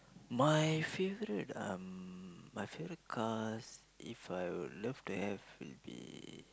my favourite um my favourite cars if I would love to have will be